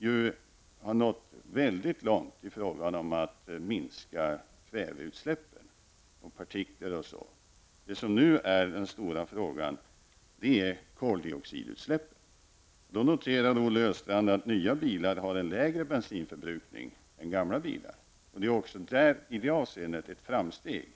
-- har nått mycket långt i fråga om att minska kväveutsläppen och utsläppen av partiklar osv. Det som nu är den stora frågan är koldioxidutsläppen. Olle Östrand noterade att nya bilar har lägre bensinförbrukning än gamla bilar. Det är också i det avseendet ett framsteg.